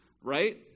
Right